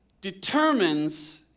determines